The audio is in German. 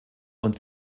und